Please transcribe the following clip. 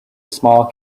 small